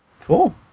Cool